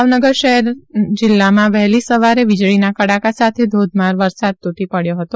ભાવનગર શહેર જિલ્લામાં વહેલી સવારે વીજળીના કડાકા સાથે ધોધમાર વરસાદ તૂટી પડ્યો હતો